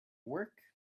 work